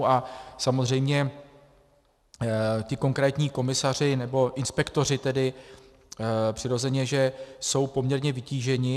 A samozřejmě ti konkrétní komisaři nebo inspektoři přirozeně jsou poměrně vytíženi.